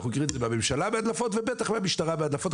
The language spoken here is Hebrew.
ואנחנו מכירים את זה בממשלה מהדלפות ובטח מהמשטרה בהדלפות,